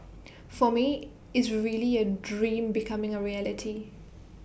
for me is really A dream becoming A reality